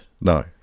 No